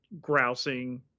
grousing